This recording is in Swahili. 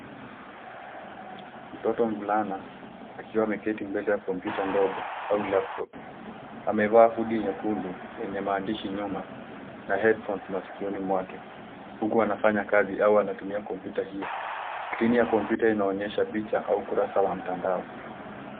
Mtoto mvulana akiwa ameketi mbele ya kompyuta ndogo au laptop .Amevaa hoodie nyekundu yenye maandishi nyuma na headphones masikioni mwake huku anafanya kazi au anatumia kompyuta hio. Skrini ya kompyuta inaonyesha picha au ukurasa wa mtandao.